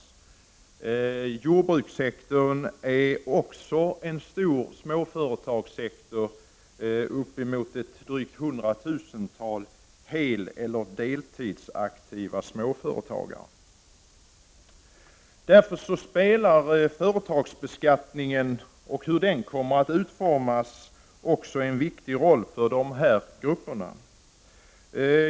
Även jordbrukssektorn är en stor småföretagssektor med uppemot ett drygt hundratusental heleller deltidsaktiva småföretagare. Därför spelar företagsbeskattningen och utformningen av denna en viktig roll också för dessa grupper.